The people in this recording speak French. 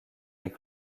les